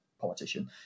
politician